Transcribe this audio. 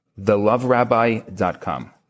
theloverabbi.com